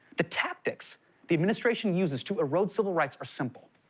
the tactics the administration uses to a erode civil rights are simple.